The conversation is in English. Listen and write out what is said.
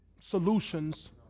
solutions